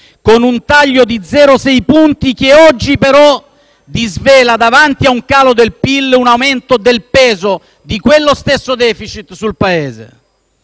con un taglio di 0,6 punti che oggi però disvela, davanti a un calo del PIL, un aumento del peso di quello stesso *deficit* sul Paese.